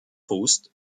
faust